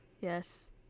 Yes